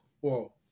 Whoa